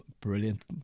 brilliant